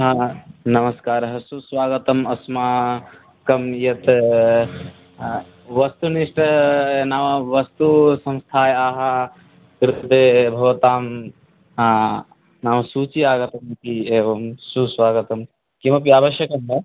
हा नमस्कारः सुस्वागतम् अस्माकं यत् वस्तुनिष्टं नाम वस्तुसंस्थायाः कृते भवतां नाम सूची आगता इति एवं सुस्वागतं किमपि आवश्यकं वा